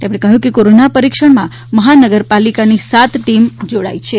તેમને કહ્યું કે કોરોના પરીક્ષણમાં મહાનગરપાલિકાની સાત ટીમ જોડાઈ છે